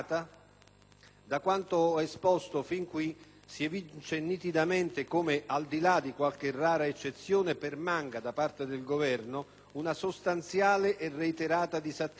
Da quanto esposto fin qui si evince nitidamente come, al di là di qualche rara eccezione, permanga da parte del Governo una sostanziale e reiterata disattenzione